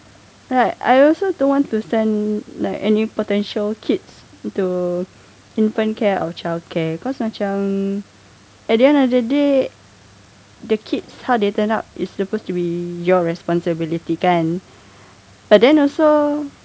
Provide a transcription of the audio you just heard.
like I also don't want to send like any potential kids to infant care or childcare cause macam at the end of the day the kids how they turn out is supposed to be your responsibility kan but then also